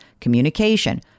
communication